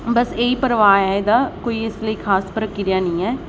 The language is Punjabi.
ਬਸ ਇਹ ਹੀ ਪਰਿਵਾਹ ਹੈ ਇਹਦਾ ਕੋਈ ਇਸ ਲਈ ਖ਼ਾਸ ਪ੍ਰਕਿਰਿਆ ਨਹੀਂ ਹੈ